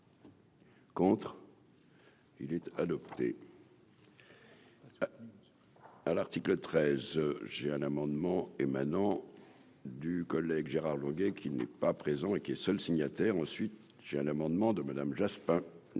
Contre. Il est adopté.